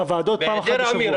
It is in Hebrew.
הוועדות פעם אחת בשבוע.